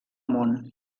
món